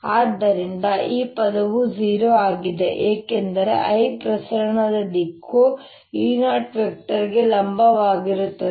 ಆದ್ದರಿಂದ ಈ ಪದವು 0 ಆಗಿದೆ ಏಕೆಂದರೆ i ಪ್ರಸರಣ ದಿಕ್ಕು E0 ಗೆ ಲಂಬವಾಗಿರುತ್ತದೆ